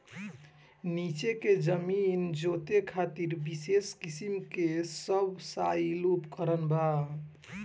नीचे के जमीन जोते खातिर विशेष किसिम के सबसॉइल उपकरण बा